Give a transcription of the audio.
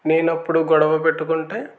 నేను అప్పుడు గొడవ పెట్టుకుంటే